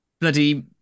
bloody